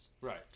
Right